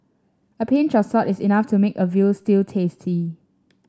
a pinch of salt is enough to make a veal stew tasty